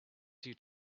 due